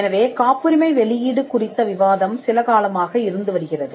எனவே காப்புரிமை வெளியீடு குறித்த விவாதம் சிலகாலமாக இருந்து வருகிறது